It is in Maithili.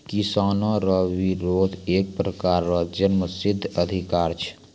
किसानो रो बिरोध एक प्रकार रो जन्मसिद्ध अधिकार छै